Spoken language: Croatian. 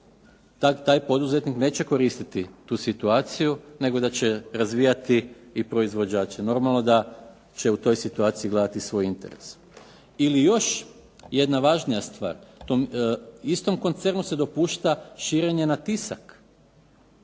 taj poduzetnik neće koristiti tu situaciju, nego da će razvijati i proizvođače. Normalno da će u toj situaciji gledati svoj interes. Ili još jedna važnija stvar, tom istom koncernu se dopušta širenje na tisak.